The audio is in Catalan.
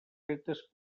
fetes